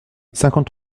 cinquante